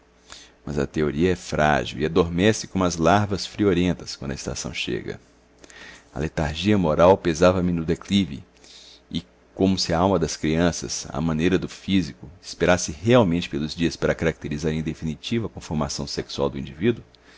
mas a teoria é frágil e adormece como as larvas friorentas quando a estação obriga a letargia mora pesava me no declive e como se a alma das crianças à maneira do físico esperasse realmente pelos dias para caracterizar em definitivo a conformação sexual do indivíduo